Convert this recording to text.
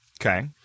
Okay